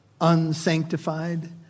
Unsanctified